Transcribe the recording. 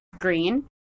Green